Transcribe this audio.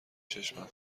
چشمم